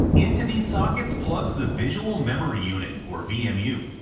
into these sockets plugs the visual memory unit, or vmu,